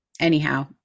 Anyhow